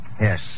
Yes